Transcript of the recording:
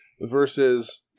Versus